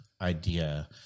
idea